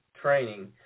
training